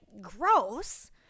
gross